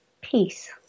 peace